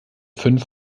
fünf